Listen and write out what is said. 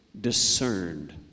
discerned